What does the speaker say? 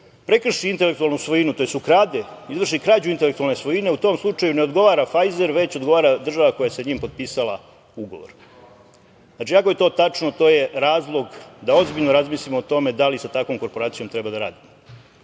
prekrši intelektualnu svojinu, tj. ukrade, izvrši krađu intelektualne svojine. U tom slučaju, ne odgovara „Fajzer“, već odgovara država koja je sa njim potpisala ugovor. Znači, ako je to tačno, to je razlog da ozbiljno razmislimo o tome da li sa takvom korporacijom treba da radimo. Takođe,